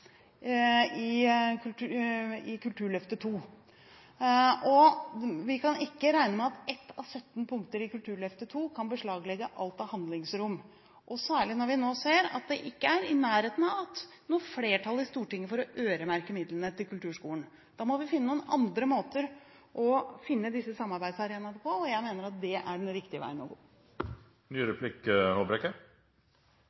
17 løft i Kulturløftet II. Vi kan ikke regne med at ett av 17 punkter i Kulturløftet II kan beslaglegge alt av handlingsrom, særlig når vi nå ser at det ikke er i nærheten av noe flertall i Stortinget for å øremerke midlene til kulturskolen. Da må vi finne noen andre måter å finne disse samarbeidsarenaene på, og jeg mener at det er